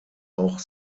auch